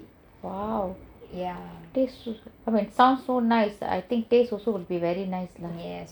!wow! taste so I mean sound so nice ah I think taste also will be very nice